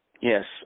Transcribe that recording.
Yes